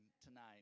tonight